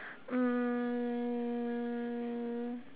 um